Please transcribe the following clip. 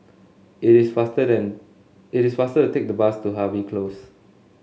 it is faster than it is faster to take the bus to Harvey Close